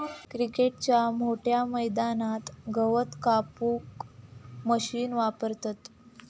क्रिकेटच्या मोठ्या मैदानात गवत कापूक मशीन वापरतत